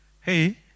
hey